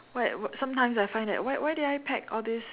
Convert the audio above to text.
why sometimes I find that why why did I pack all this